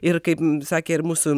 ir kaip sakė ir mūsų